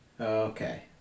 Okay